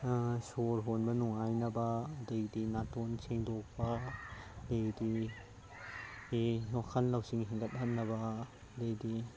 ꯁꯣꯔ ꯍꯣꯟꯕ ꯅꯨꯡꯉꯥꯏꯅꯕ ꯑꯗꯩꯗꯤ ꯅꯥꯇꯣꯟ ꯁꯦꯡꯗꯣꯛꯄ ꯑꯗꯩꯗꯤ ꯋꯥꯈꯜ ꯂꯧꯁꯤꯡ ꯍꯦꯟꯒꯠꯍꯟꯅꯕ ꯑꯗꯩꯗꯤ